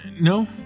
No